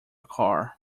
car